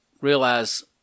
realize